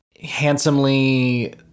handsomely